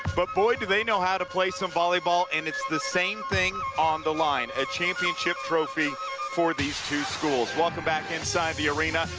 but, boy, do they know how to play some volleyball, and it's the same thing on the line a championship trophy for these two schools welcome back inside the arena.